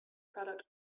product